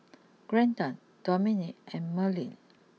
Glendon Domenic and Merlyn